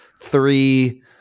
three